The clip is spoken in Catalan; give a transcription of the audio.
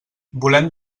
volem